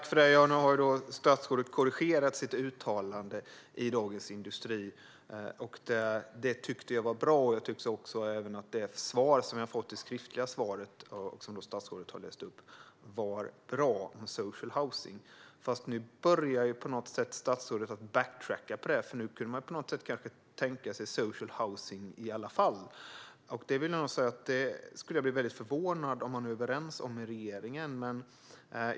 Fru talman! Nu har statsrådet korrigerat sitt uttalande i Dagens industri. Det tyckte jag var bra. Jag tyckte även att det svar som statsrådet gav var bra när det gäller social housing. Fast nu börjar statsrådet på något sätt att "backtracka" på det, för nu kunde man kanske tänka sig social housing i alla fall. Jag skulle bli väldigt förvånad om man är överens om detta i regeringen.